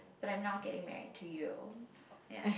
but I'm now getting married to you ya